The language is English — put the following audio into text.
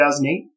2008